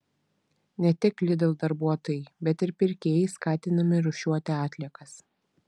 ne tik lidl darbuotojai bet ir pirkėjai skatinami rūšiuoti atliekas